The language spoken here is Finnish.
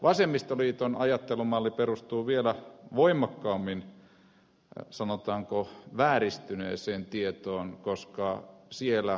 vasemmistoliiton ajattelumalli perustuu vielä voimakkaammin sanotaanko vääristyneeseen tietoon koska siellä ed